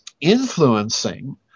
influencing